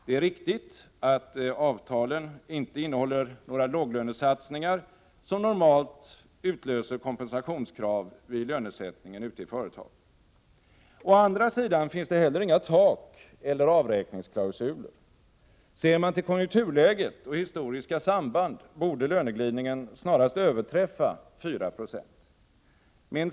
Det är riktigt att avtalen inte innehåller några låglönesatsningar, som normalt utlöser kompensationskrav vid lönesättningen ute i företagen. Å andra sidan finns det heller inga tak eller avräkningsklausuler. Ser man till konjunkturläget och historiska samband borde löneglidningen snarast överträffa 4 96.